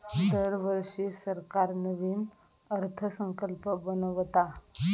दरवर्षी सरकार नवीन अर्थसंकल्प बनवता